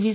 V